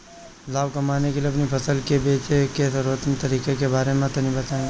लाभ कमाने के लिए अपनी फसल के बेचे के सर्वोत्तम तरीके के बारे में तनी बताई?